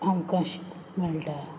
आमकां शिकूंक मेळटा